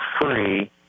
free